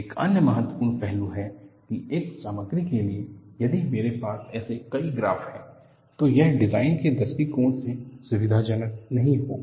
एक अन्य महत्वपूर्ण पहलू है की एक सामग्री के लिए यदि मेरे पास ऐसे कई ग्राफ़ हैं तो यह डिज़ाइन के दृष्टिकोण से सुविधाजनक नहीं होगा